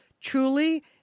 Truly